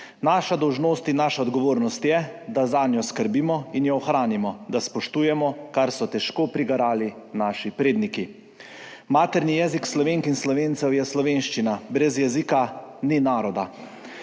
Naša dolžnost in naša odgovornost je, da zanjo skrbimo in jo ohranimo, da spoštujemo, kar so težko prigarali naši predniki. Materni jezik Slovenk in Slovencev je slovenščina. Brez jezika ni naroda.